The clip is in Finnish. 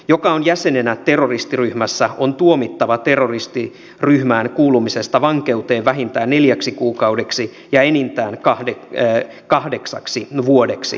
joka on jäsenenä terroristiryhmässä on tuomittava terroristiryhmään kuulumisesta vankeuteen vähintään neljäksi kuukaudeksi ja enintään kahdeksaksi vuodeksi